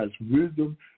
wisdom